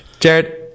Jared